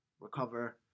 recover